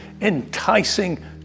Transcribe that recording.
enticing